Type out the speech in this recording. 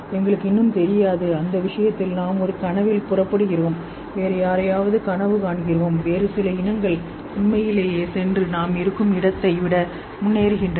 எங்களுக்கு இன்னும் தெரியாது அந்த விஷயத்தில் நாம் ஒரு கனவில் புறப்படுகிறோம் வேறு யாரையாவது கனவு காண்கிறோம் வேறு சில இனங்கள் உண்மையிலேயே சென்று நாம் இருக்கும் இடத்தை விட முன்னேறுகின்றன